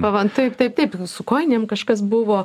va va taip taip taip su kojinėm kažkas buvo